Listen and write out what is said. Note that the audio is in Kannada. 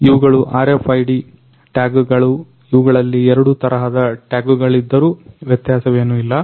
ಇವುಗಳು RFIDಟ್ಯಾಗ್ಗಳು ಇವುಗಳಲ್ಲಿ ಎರಡು ತರಹದ ಟ್ಯಾಗ್ಗಳಿದ್ದರೂ ವ್ಯತ್ಯಾಸವೇನು ಇಲ್ಲ